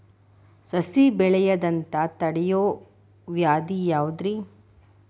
ಸಸಿ ಬೆಳೆಯದಂತ ತಡಿಯೋ ವ್ಯಾಧಿ ಯಾವುದು ರಿ?